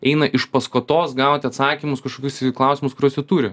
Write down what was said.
eina iš paskatos gauti atsakymus kažkokius į klausimus kuriuos jie turi